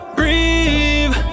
breathe